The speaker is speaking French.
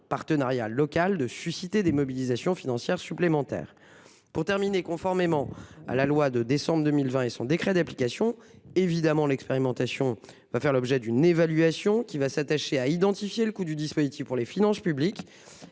partenariat local de susciter des apports financiers complémentaires. Conformément à la loi de décembre 2020 et à son décret d'application, l'expérimentation doit faire l'objet d'une évaluation qui s'attachera à identifier le coût du dispositif pour les finances publiques,